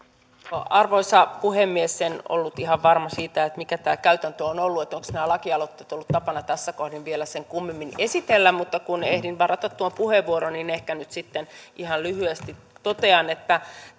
arvoisa puhemies en ollut ihan varma siitä mikä tämä käytäntö on ollut onko näitä lakialoitteita ollut tapana tässä kohdin enää sen kummemmin esitellä mutta kun ehdin varata tuon puheenvuoron niin ehkä nyt sitten ihan lyhyesti totean että